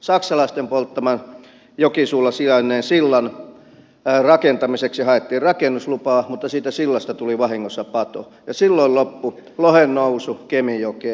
saksalaisten polttaman jokisuulla sijainneen sillan rakentamiseksi haettiin rakennuslupaa mutta siitä sillasta tuli vahingossa pato ja silloin loppui lohen nousu kemijokeen